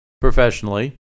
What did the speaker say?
professionally